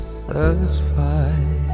satisfied